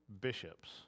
bishops